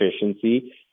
efficiency